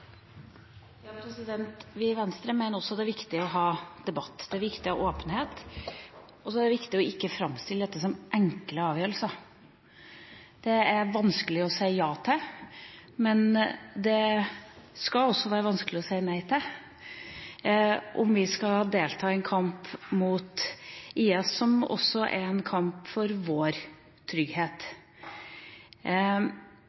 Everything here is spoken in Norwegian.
Vi i Venstre mener også det er viktig å ha debatt, det er viktig med åpenhet, og det er viktig å ikke framstille dette som enkle avgjørelser. Det er vanskelig å si ja til, men det skal også være vanskelig å si nei til å delta i kamp mot IS, som også er en kamp for vår trygghet.